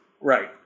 Right